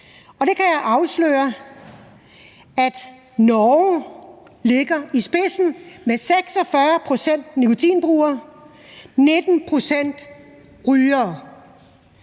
Jeg kan afsløre, at Norge ligger i spidsen med 46 pct. nikotinbrugere og 19 pct. rygere,